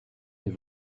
êtes